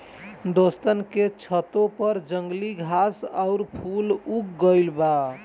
दोस्तन के छतों पर जंगली घास आउर फूल उग गइल बा